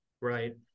Right